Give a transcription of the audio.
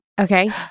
Okay